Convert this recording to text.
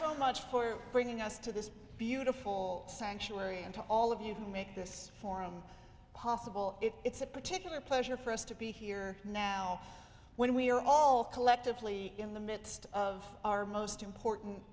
so much for bringing us to this beautiful sanctuary and to all of you to make this forum possible it's a particular pleasure for us to be here now when we're all collectively in the midst of our most important